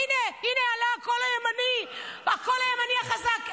הינה, הינה, עלה הקול הימני, הקול הימני החזק.